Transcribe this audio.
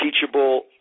teachable